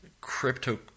crypto